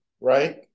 right